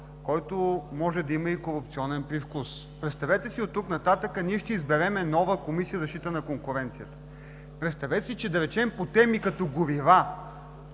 който може да има и корупционен привкус. Представете си, оттук нататък ние ще изберем нова Комисия за защита на конкуренцията. Представете си, че, да речем, по теми като горива,